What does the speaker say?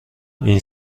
این